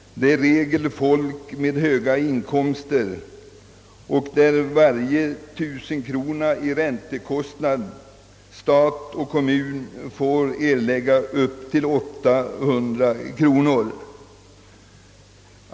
De är i regel människor med höga inkomster, där stat och kommun för varje tusenlapp i räntekostnader kan få erlägga upp till 800 kronor.